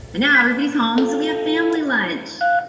now everybody's home, so we have family lunch!